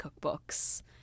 cookbooks